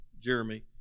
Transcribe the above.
Jeremy